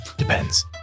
Depends